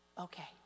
Okay